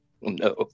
no